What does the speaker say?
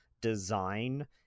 design